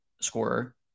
scorer